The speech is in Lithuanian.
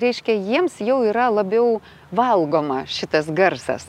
reiškia jiems jau yra labiau valgoma šitas garsas